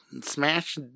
smash